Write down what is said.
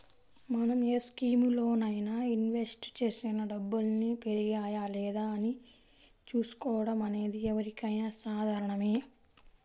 మనం ఏ స్కీములోనైనా ఇన్వెస్ట్ చేసిన డబ్బుల్ని పెరిగాయా లేదా అని చూసుకోవడం అనేది ఎవరికైనా సాధారణమే